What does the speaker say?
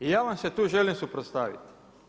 I ja vam se tu želim suprotstaviti.